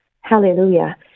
Hallelujah